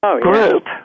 group